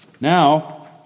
Now